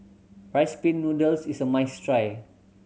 Rice Pin Noodles is a must try